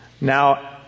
Now